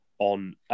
on